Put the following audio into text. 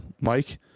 mike